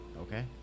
Okay